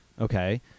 Okay